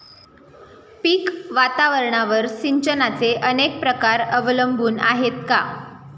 पीक वातावरणावर सिंचनाचे अनेक प्रकार अवलंबून आहेत का?